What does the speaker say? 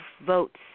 votes